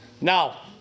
Now